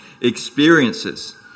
experiences